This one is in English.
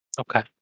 Okay